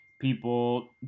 people